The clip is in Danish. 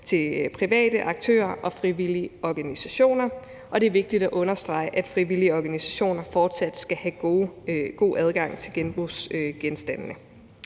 til private aktører og frivillige organisationer, og det er vigtigt at understrege, at frivillige organisationer fortsat skal have god adgang til genbrugsgenstandene.